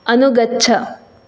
अनुगच्छ